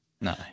No